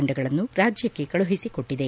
ತಂಡಗಳನ್ನು ರಾಜ್ಯಕ್ಕೆ ಕಳುಹಿಸಿಕೊಟ್ಟಿದೆ